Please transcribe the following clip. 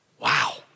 Wow